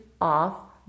off